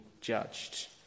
judged